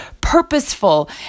purposeful